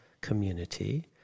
community